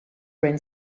brain